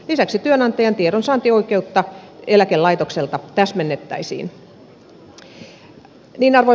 lisäksi työnantajan tiedonsaantioikeutta eläkelaitokselta täsmennettäisiin